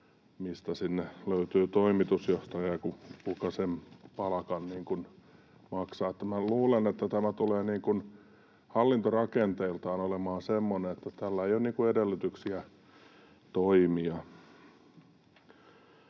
mistä sinne löytyy toimitusjohtaja, kuka sen palkan maksaa. Minä luulen, että tämä tulee niin kuin hallintorakenteiltaan olemaan semmoinen, että tällä ei ole edellytyksiä toimia.